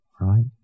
right